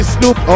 Snoop